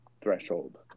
threshold